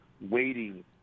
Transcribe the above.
waiting